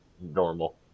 normal